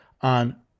On